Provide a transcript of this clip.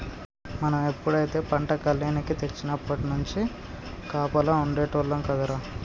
మనం ఎప్పుడైతే పంట కల్లేనికి తెచ్చినప్పట్నుంచి కాపలా ఉండేటోల్లం కదరా